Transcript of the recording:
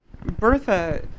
Bertha